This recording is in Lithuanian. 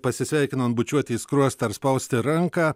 pasisveikinant bučiuoti į skruostą ar spausti ranką